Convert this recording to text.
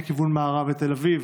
לתל אביב?